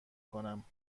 کنم